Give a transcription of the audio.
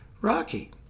Rocky